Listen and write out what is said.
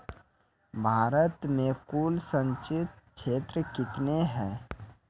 भारत मे कुल संचित क्षेत्र कितने हैं?